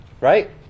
right